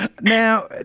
Now